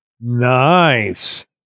Nice